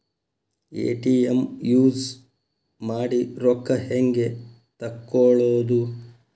ATM use ಮಾಡಿ ರೊಕ್ಕ ಹೆಂಗೆ ತಕ್ಕೊಳೋದು?